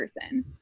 person